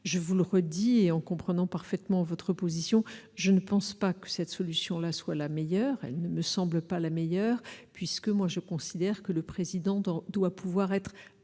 je vous le redis et en comprenant parfaitement votre position, je ne pense pas que cette solution-là soit la meilleure, elle ne me semble pas la meilleure, puisque moi je considère que le président doit pouvoir être